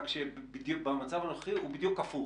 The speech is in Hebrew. רק שבמצב הנוכחי הוא בדיוק הפוך.